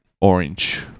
orange